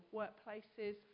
workplaces